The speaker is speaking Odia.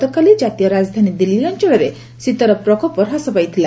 ଗତକାଲି ଜାତୀୟ ରାଜଧାନୀ ଦିଲ୍ଲୀ ଅଞ୍ଚଳରେ ଶୀତର ପ୍ରକୋପ ହ୍ରାସ ପାଇଥିଲା